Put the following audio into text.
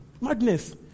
Madness